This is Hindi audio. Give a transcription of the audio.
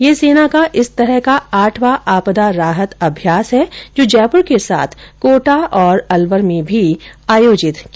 यह सेना का इस तरह का आठवां आपदा राहत अभ्यास है जो जयपुर के साथ कोटा और अलवर में भी आयोजित किया जा रहा है